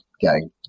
gang